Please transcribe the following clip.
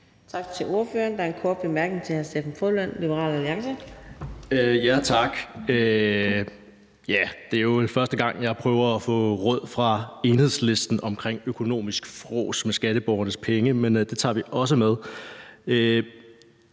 Tak til ordføreren. Der er en kort bemærkning til hr. Steffen W. Frølund, Liberal Alliance. Kl. 23:06 Steffen W. Frølund (LA): Tak. Det er jo første gang, jeg prøver at få råd fra Enhedslisten omkring økonomisk frås med skatteborgernes penge, men det tager vi også med.